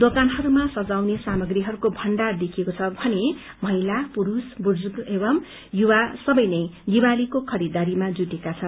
दोकानहरूम संजाउने सामग्रीहरूको भण्डार देखिएको छ भने महिला पुरूष बुजुर्ग एवं युवा सवै ने दिवालीको खरीदारीमा जुटेका छन्